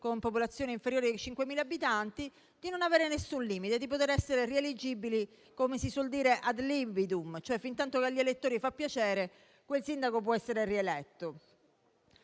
con popolazione inferiore ai 5.000 abitanti, di non avere alcun limite e di poter essere rieleggibili *ad libitum*. Fintanto che agli elettori fa piacere, quel sindaco può essere rieletto.